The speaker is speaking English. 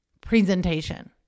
presentation